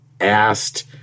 asked